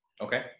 Okay